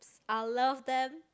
I love them